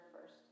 first